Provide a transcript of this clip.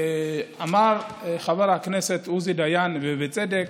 אמר חבר הכנסת עוזי דיין, ובצדק,